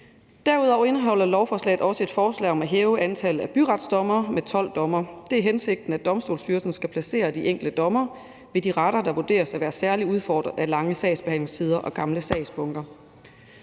Derudover indeholder lovforslaget et forslag om at hæve antallet af byretsdommere med 12 dommere. Det er hensigten, at Domstolsstyrelsen skal placere de enkelte dommere ved de retter, der vurderes at være særlig udfordret af lange sagsbehandlingstider og gamle sagsbunker.